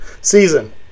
Season